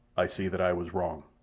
i see that i was wrong.